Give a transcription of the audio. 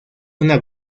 una